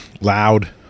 Loud